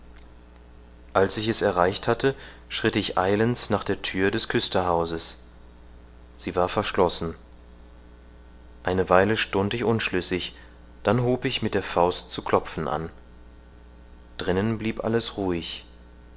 als ich es erreichet hatte schritt ich eilends nach der thür des küsterhauses sie war verschlossen eine weile stund ich unschlüssig dann hub ich mit der faust zu klopfen an drinnen blieb alles ruhig